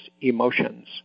emotions